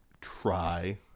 try